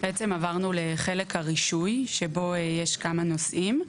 בעצם עברנו לחלק הרישוי שבו יש כמה נושאים.